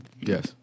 Yes